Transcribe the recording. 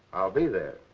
be there.